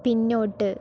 പിന്നോട്ട്